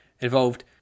involved